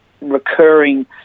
recurring